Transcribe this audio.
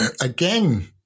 Again